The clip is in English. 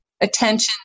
attention